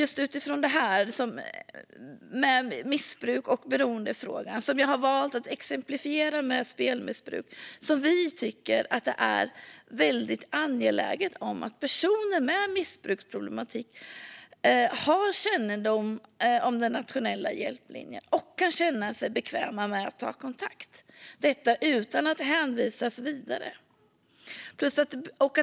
Utifrån missbruks och beroendefrågan, som vi har valt att exemplifiera med spelmissbruk, tycker vi att det är väldigt angeläget att personer med missbruksproblematik har kännedom om den nationella hjälplinjen och kan känna sig bekväma med att ta kontakt, detta utan att hänvisas vidare.